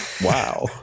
Wow